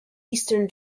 eastern